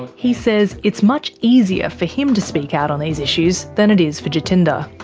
he says it's much easier for him to speak out on these issues than it is for jatinder.